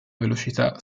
velocità